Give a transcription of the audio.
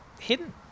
hidden